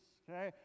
okay